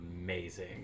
amazing